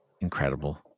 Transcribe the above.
Incredible